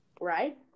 right